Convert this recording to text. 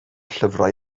llyfrau